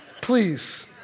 please